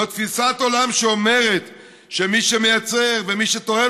זאת תפיסת עולם שאומרת שמי שמייצר ומי שתורם